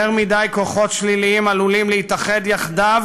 יותר מדי כוחות שליליים עלולים להתאחד יחדיו